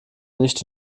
nicht